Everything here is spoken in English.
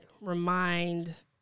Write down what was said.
remind